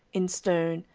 in stone,